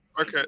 Okay